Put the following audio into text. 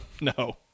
no